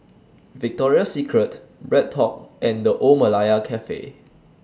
Victoria Secret BreadTalk and The Old Malaya Cafe